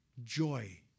joy